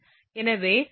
எனவே δ 0